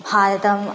भारतम्